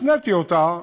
הפניתי אותה